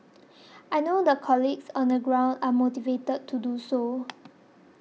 I know the colleagues on the ground are motivated to do so